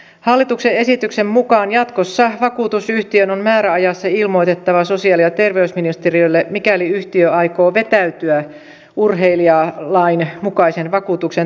hallituksen esityksen mukaan jatkossa vakuutusyhtiön on määräajassa ilmoitettava sosiaali ja terveysministeriölle mikäli yhtiö aikoo vetäytyä urheilijalain mukaisen vakuutuksen tarjoamisesta